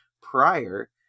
prior